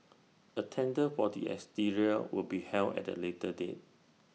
A tender for the exterior will be held at A later date